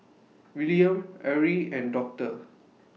Willaim Ari and Doctor